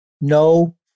No